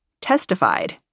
testified